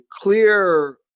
clear